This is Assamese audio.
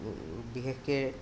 বিশেষকৈ